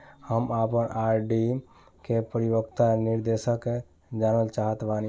हम आपन आर.डी के परिपक्वता निर्देश जानल चाहत बानी